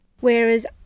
whereas